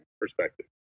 perspective